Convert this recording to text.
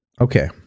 Okay